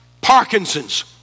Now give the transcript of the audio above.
Parkinson's